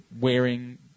wearing